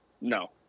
No